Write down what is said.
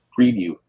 preview